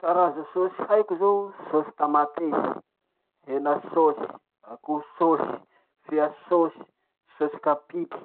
Karaza sôsy haiko zao: sôsy tamatesy, hena sosy, akoho sosy, fia sosy, sosy kapiky.